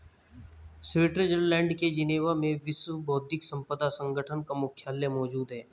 Switzerland के Geneva में विश्व बौद्धिक संपदा संगठन का मुख्यालय मौजूद है